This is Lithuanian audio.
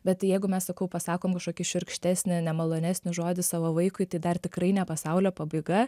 bet tai jeigu mes sakau pasakom kokį šiurkštesnį nemalonesnį žodį savo vaikui tai dar tikrai ne pasaulio pabaiga